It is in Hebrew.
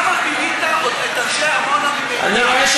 יאיר,